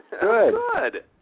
Good